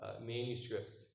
manuscripts